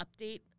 update